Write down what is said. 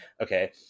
Okay